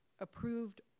approved